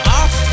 off